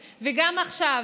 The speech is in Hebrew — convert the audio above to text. ובתקציבים, וגם עכשיו,